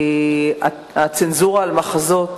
הצנזורה על מחזות